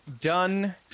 done